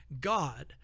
God